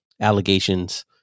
allegations